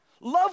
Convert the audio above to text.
Love